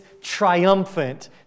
triumphant